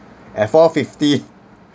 at four-fifty